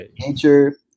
nature